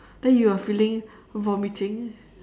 then you were feeling vomiting